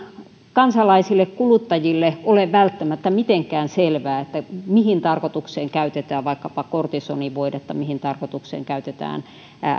kansalaisille kuluttajille ole välttämättä mitenkään selvää mihin tarkoitukseen käytetään vaikkapa kortisonivoidetta mihin tarkoitukseen käytetään